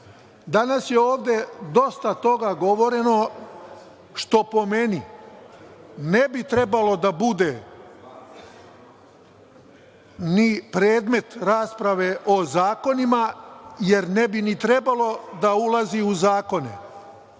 je ovde dosta toga govoreno što po meni ne bi trebalo da bude ni predmet rasprave o zakonima, jer ne bi ni trebalo da ulazi u zakone,